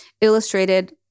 illustrated